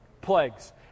Plagues